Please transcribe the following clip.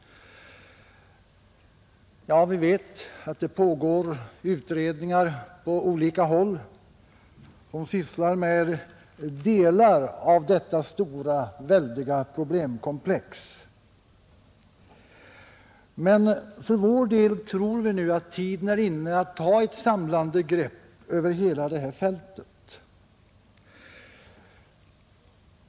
Ja, vi vet att det pågår utredningar på olika håll som sysslar med delar av detta stora problemkomplex, men för vår del tror vi att tiden är inne att ta ett samlande grepp över hela fältet.